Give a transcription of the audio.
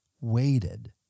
waited